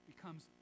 becomes